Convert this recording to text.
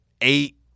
eight